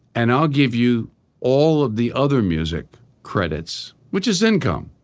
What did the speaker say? and i'll give you all of the other music credits, which is income.